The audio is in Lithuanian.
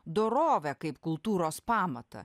dorovę kaip kultūros pamatą